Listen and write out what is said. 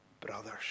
brothers